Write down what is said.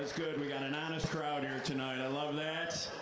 good, we got an honest crowd here tonight, i love that.